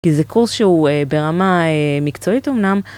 כי זה קורס שהוא ברמה מקצועית אמנם.